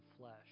flesh